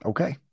Okay